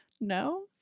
No